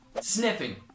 Sniffing